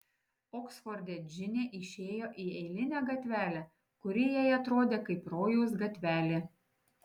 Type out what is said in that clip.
oksforde džinė išėjo į eilinę gatvelę kuri jai atrodė kaip rojaus gatvelė